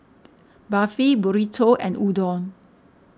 Barfi Burrito and Udon